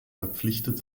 verpflichtet